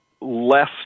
less